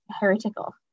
heretical